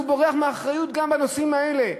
הוא בורח מאחריות גם בנושאים האלה.